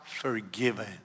forgiven